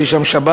כי יש שם שבת,